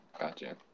gotcha